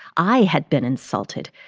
i had been insulted.